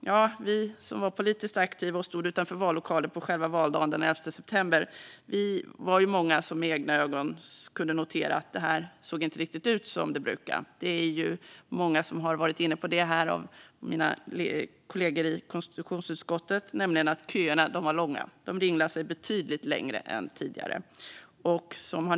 Nja, många av oss som var politiskt aktiva och stod utanför vallokaler på själva valdagen, den 11 september, kunde med egna ögon notera att det inte såg ut riktigt som det brukade, vilket många av mina kollegor i konstitutionsutskottet har varit inne på. Köerna var långa - de ringlade sig betydligt längre än tidigare.